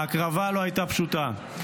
ההקרבה לא הייתה פשוטה,